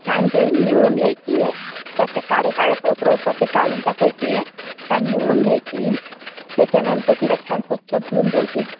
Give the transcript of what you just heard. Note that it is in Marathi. छान ते निवडून घ्यायची आहे त्यात ते काळे काळे पोत्र असतात ते काढून टाकायचे छान निवडून घ्यायची त्याच्यानंतर तिला छान स्वच्छ धुऊन घ्यायची